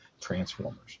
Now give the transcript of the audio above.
Transformers